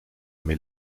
mais